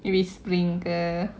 if it's spring ke